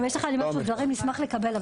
אם יש לך נתונים מסודרים, נשמח לקבל.